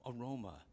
aroma